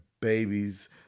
babies